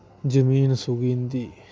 जमीन सुक्की जंदी